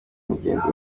mugenzi